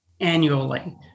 annually